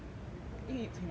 因为你腿毛长 [what]